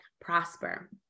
prosper